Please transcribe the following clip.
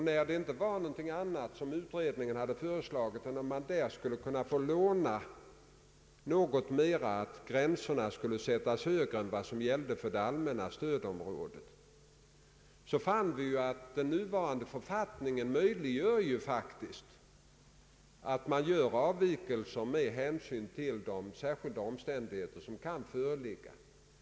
När det inte var någonting annat som utredningen hade föreslagit än att man på dessa orter skulle få låna något mera, att gränserna skulle sättas högre än vad som gällde för det allmänna stödområdet, fann vi att den nuvarande författningen faktiskt möjliggör avvikelser med hänsyn till de särskilda omständigheter som kan föreligga.